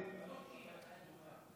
אם היא לא תגיע, חבר הכנסת מיקי לוי.